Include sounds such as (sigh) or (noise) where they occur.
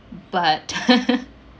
but (laughs)